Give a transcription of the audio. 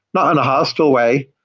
not in a hostile way,